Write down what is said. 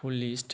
police